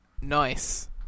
Nice